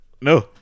No